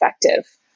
effective